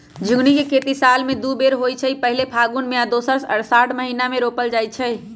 झिगुनी के खेती साल में दू बेर होइ छइ पहिल फगुन में आऽ दोसर असाढ़ महिना मे रोपल जाइ छइ